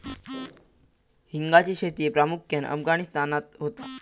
हिंगाची शेती प्रामुख्यान अफगाणिस्तानात होता